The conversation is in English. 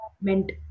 meant